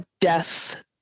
death